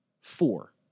four